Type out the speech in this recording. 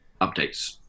updates